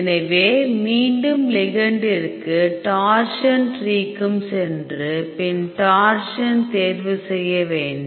எனவே மீண்டும் லிகெண்டிற்கும் டோர்ஷன் ட்ரீக்கும் சென்று பின் டோர்ஷன் தேர்வு செய்ய வேண்டும்